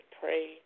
pray